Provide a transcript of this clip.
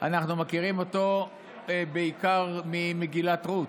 אנחנו מכירים בעיקר ממגילת רות.